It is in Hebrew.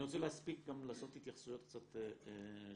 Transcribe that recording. אני רוצה להספיק התייחסויות של החברים.